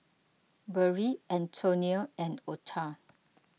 Barrie Antonia and Ota